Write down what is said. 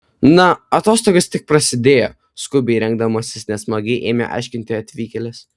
na atostogos tik prasidėjo skubiai rengdamasis nesmagiai ėmė aiškinti atvykėlis